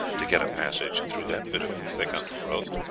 to get a passage through that bit of thick undergrowth,